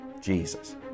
Jesus